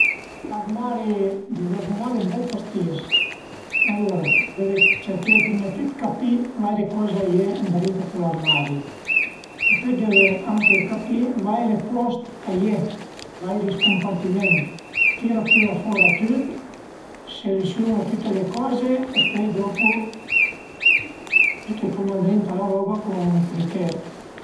Ën armari dizurdinà al e ën bel pastis. Alura deve cerché prima dë tüt dë capì vaire coze a ie ëndrinta a cul armari e pöi deve anche capì vaire post a ie, vaire scumpartiment, tira püra fora tüt, selesiun-a tüte le coze e pöi dopu büte turna ëndrinta la roba cun criteri